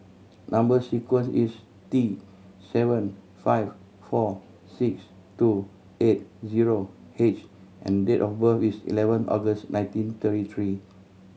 number sequence is T seven five four six two eight zero H and date of birth is eleven August nineteen thirty three